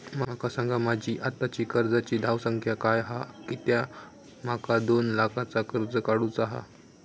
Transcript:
माका सांगा माझी आत्ताची कर्जाची धावसंख्या काय हा कित्या माका दोन लाखाचा कर्ज काढू चा हा?